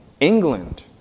England